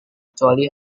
kecuali